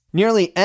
nearly